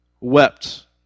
wept